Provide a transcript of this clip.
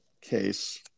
case